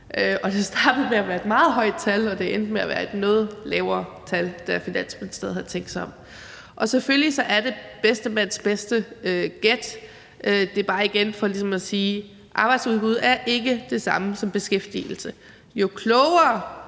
Det startede med at være et meget højt tal, og det endte med at være et noget lavere tal, da Finansministeriet havde tænkt sig om. Og selvfølgelig er det bedste mands bedste gæt – det er bare igen for ligesom at sige, at arbejdsudbud ikke er det samme som beskæftigelse. Jo klogere